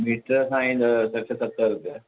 metre सां ईंदुव सठि सतरि रुपिया